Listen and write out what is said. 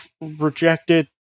rejected